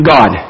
God